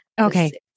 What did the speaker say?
Okay